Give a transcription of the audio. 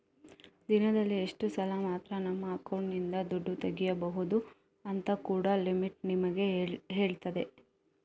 ದಿನದಲ್ಲಿ ಇಷ್ಟು ಸಲ ಮಾತ್ರ ನಮ್ಮ ಅಕೌಂಟಿನಿಂದ ದುಡ್ಡು ತೆಗೀಬಹುದು ಅಂತ ಕೂಡಾ ಲಿಮಿಟ್ ನಮಿಗೆ ಹೇಳ್ತದೆ